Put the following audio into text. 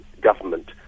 government